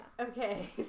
Okay